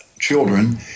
Children